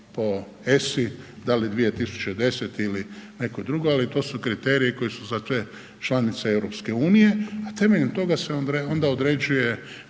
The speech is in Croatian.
po ESA-i, da li 2010. ili nekoj drugoj, ali to su kriteriji koji su za te članice EU, a temeljem toga se onda određuje